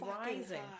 rising